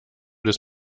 des